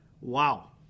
Wow